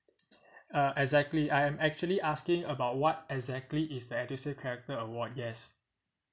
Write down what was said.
uh exactly I am actually asking about what exactly is the edusave character award yes